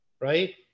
right